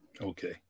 Okay